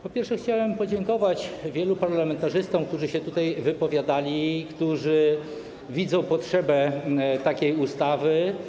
Po pierwsze, chciałbym podziękować wielu parlamentarzystom, którzy się tutaj wypowiadali, którzy widzą potrzebę uchwalenia takiej ustawy.